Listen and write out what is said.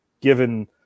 given –